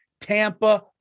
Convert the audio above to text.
Tampa